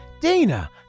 Dana